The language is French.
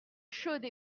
chaude